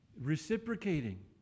Reciprocating